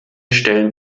stellen